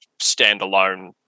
standalone